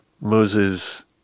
Moses